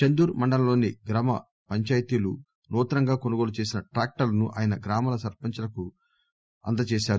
చందూర్ మండలంలోని గ్రామ పంచాయితీలు నూతనంగా కొనుగోలు చేసిన ట్రాక్టర్లను ఆయా గ్రామాల సర్పంచ్ లకు అందజేశారు